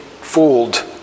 fooled